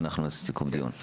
ונעשה סיום דיון.